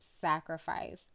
sacrifice